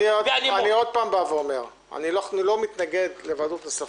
אני עוד פעם אומר, אני לא מתנגד לוועדות נוספות.